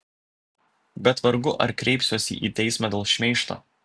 bet vargu ar kreipsiuosi į teismą dėl šmeižto